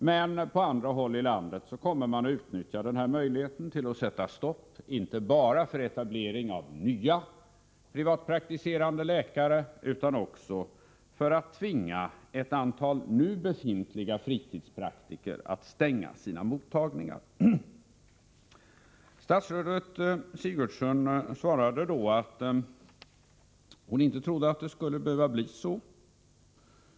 Men på andra håll i landet kommer man att utnyttja denna möjlighet till att inte bara sätta stopp för etablering av nya privatpraktiserande läkare utan också tvinga ett antal nu befintliga fritidspraktiker att stänga sina mottagningar. Statsrådet Sigurdsen sade för ett halvår sedan att hon inte trodde att det skulle behöva bli så.